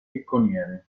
picconiere